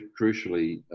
crucially